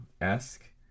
esque